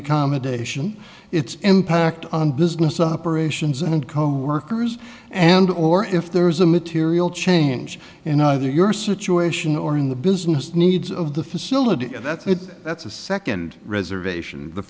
accommodation its impact on business operations and coworkers and or if there is a material change in either your situation or in the business needs of the facility that's it that's a second reservation